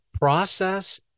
process